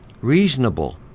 reasonable